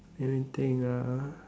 let me think ah